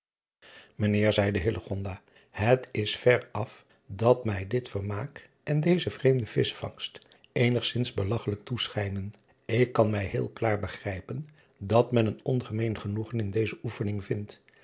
ijnheer zeide et is ver af dat mij dit vermaak en deze vreemde vischvangst eenigzins belagchelijk toeschijnen ik kan mij heel klaar begrijpen dat men een ongemeen genoegen in deze oefening vindt